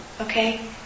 Okay